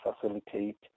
facilitate